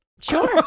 Sure